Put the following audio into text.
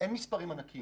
אבל אין מספרים ענקיים.